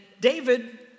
David